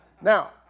Now